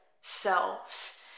selves